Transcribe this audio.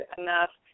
enough